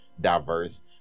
diverse